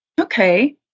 Okay